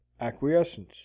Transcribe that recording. Acquiescence